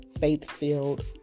faith-filled